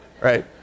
Right